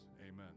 Amen